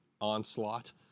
onslaught